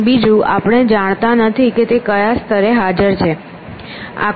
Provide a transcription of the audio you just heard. અને બીજું આપણે જાણતા નથી કે તે કયા સ્તરે હાજર છે